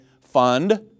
Fund